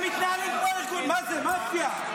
הם מתנהלים כמו ארגון --- מה זה, מאפיה.